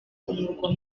umurwa